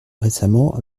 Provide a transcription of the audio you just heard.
récemment